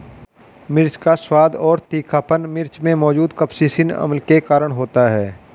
मिर्च का स्वाद और तीखापन मिर्च में मौजूद कप्सिसिन अम्ल के कारण होता है